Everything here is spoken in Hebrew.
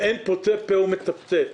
ואין פוצה פה ומצפצף.